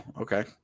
Okay